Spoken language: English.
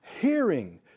hearing